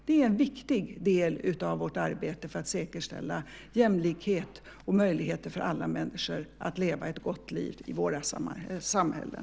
Det är en viktig del av vårt arbete för att säkerställa jämlikhet och möjligheter för alla människor att leva ett gott liv i våra samhällen.